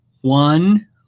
one